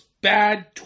bad